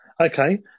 okay